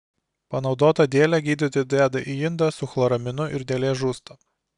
panaudotą dėlę gydytoja deda į indą su chloraminu ir dėlė žūsta